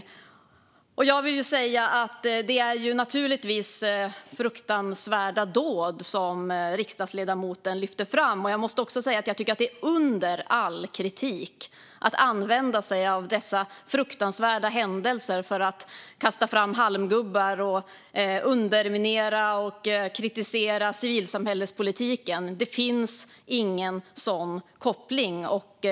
Jag vill säga att det naturligtvis är fruktansvärda dåd som riksdagsledamoten lyfter fram. Jag måste också säga att jag tycker att det är under all kritik att använda sig av dessa fruktansvärda händelser för att kasta fram halmgubbar och underminera och kritisera civilsamhällespolitiken. Det finns ingen sådan koppling.